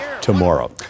tomorrow